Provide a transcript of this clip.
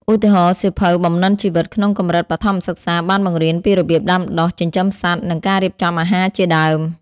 ឧទាហរណ៍ សៀវភៅ បំណិនជីវិត ក្នុងកម្រិតបឋមសិក្សាបានបង្រៀនពីរបៀបដាំដុះ ចិញ្ចឹមសត្វ និងការរៀបចំអាហារជាដើម។